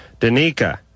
danica